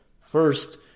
First